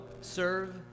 serve